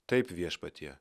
taip viešpatie